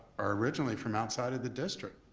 are originally from outside of the district,